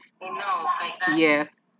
Yes